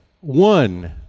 one